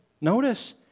notice